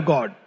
God